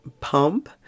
pump